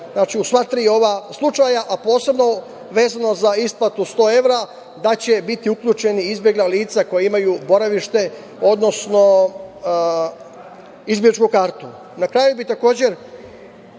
znači u sva tri ova slučaja, a posebno vezano za isplatu 100 evra da će biti uključena izbegla lica koja imaju boravište, odnosno izbegličku kartu. Na